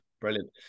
brilliant